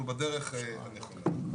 אנחנו בדרך הנכונה,